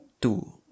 two